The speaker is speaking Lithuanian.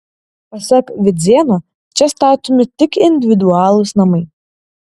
pasak vidzėno čia statomi tik individualūs namai